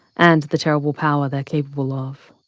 and the terrible power they're capable of.